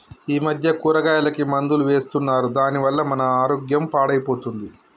ఈ మధ్య కూరగాయలకి మందులు వేస్తున్నారు దాని వల్ల మన ఆరోగ్యం పాడైపోతుంది